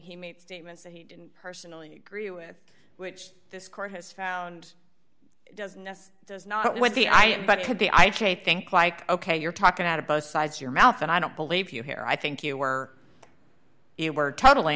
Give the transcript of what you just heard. he made statements that he didn't personally agree with which this court has found doesn't does not what the i am but it could be i'd say think like ok you're talking out of both sides your mouth and i don't believe you here i think you were it were totally